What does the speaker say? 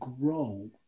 grow